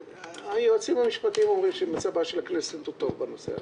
היועצים המשפטיים אומרים שמצבה של הכנסת הוא טוב בנושא הזה.